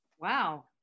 Wow